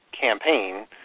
campaign